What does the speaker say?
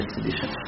edition